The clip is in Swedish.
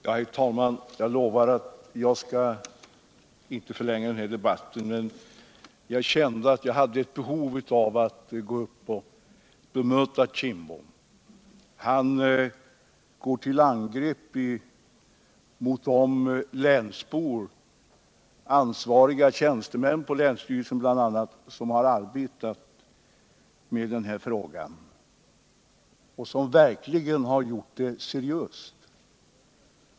Herr talman! Jag lovar att jag inte nämnvärt skall förlänga den hir debatten. Jag kände emellertid ett behov av att gå upp och bemöta Bengt Kindbom. Han går till angrepp mot de länsbor — bl.a. ansvariga tjänstemän på länsstyrelsen — som arbetat med denna fråga och som verkligen gjort det seriöst.